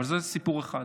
אבל זה סיפור אחד.